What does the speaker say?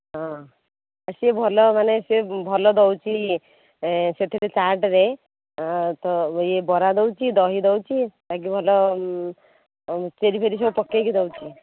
ହଁ ଆଉ ସିଏ ଭଲ ମାନେ ସିଏ ଭଲ ଦେଉଛି ସେଥିରେ ଚାଟରେ ତ ଇଏ ବରା ଦେଉଛି ଦହି ଦେଉଛି ଆକୁ ଭଲ ଆଉ ଚେରୀ ଫେରି ସବୁ ପକାଇକି ଦେଉଛି